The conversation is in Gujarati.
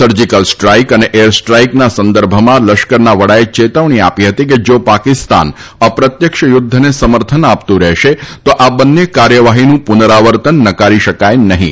સર્જીકલ સ્ટ્રાઈક અને એરસ્ટ્રાઈકના સંદર્ભમાં લશ્કરના વડાએ ચેતવણી આપી હતી કે જા પાકિસ્તાન અપ્રત્યક્ષ યુદ્ધને સમર્થન આપતું રહેશે તો આ બંને કાર્યવાહીનું પુનરાવર્તન નકારી શકાય નહીં